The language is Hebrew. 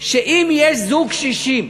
שאם יש זוג קשישים,